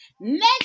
Next